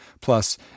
Plus